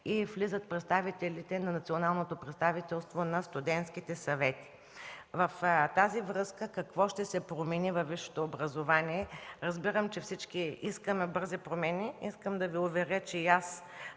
на висшите училища и на Националното представителство на студентските съвети. В тази връзка – какво ще се промени във висшето образование, разбирам, че всички искаме бързи промени. Искам да Ви уверя, че и аз